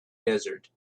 desert